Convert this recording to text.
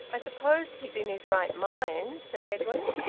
i suppose he's in his right mind? said edwin.